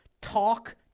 talk